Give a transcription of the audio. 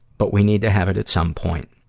but we need to have it at some point.